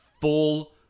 full